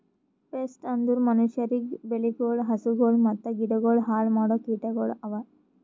pest ಅಂದುರ್ ಮನುಷ್ಯರಿಗ್, ಬೆಳಿಗೊಳ್, ಹಸುಗೊಳ್ ಮತ್ತ ಗಿಡಗೊಳ್ ಹಾಳ್ ಮಾಡೋ ಕೀಟಗೊಳ್ ಅವಾ